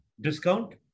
Discount